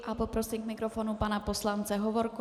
A poprosím k mikrofonu pana poslance Hovorku.